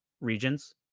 regions